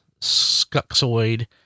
Skuxoid